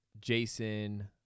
Jason